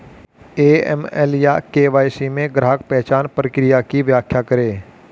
AML या KYC में ग्राहक पहचान प्रक्रिया की व्याख्या करें?